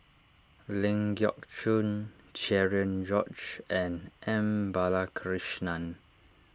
Ling Geok Choon Cherian George and M Balakrishnan